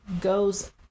goes